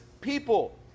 people